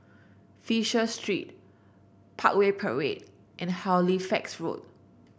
Fisher Street Parkway Parade and Halifax Road